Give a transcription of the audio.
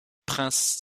prince